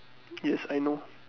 yes I know